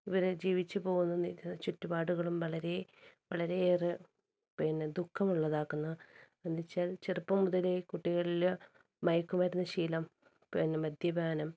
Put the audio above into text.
ഇവർ ജീവിച്ച് പോകുന്ന ഇത് ചുറ്റുപാടുകളും വളരെ വളരെ ഏറെ പിന്നെ ദുഖമുള്ളതാക്കുന്ന എന്ന് വെച്ചാൽ ചെറുപ്പം മുതലേ കുട്ടികളില് മയക്ക് മരുന്ന് ശീലം പിന്നെ മദ്യപാനം